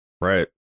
Right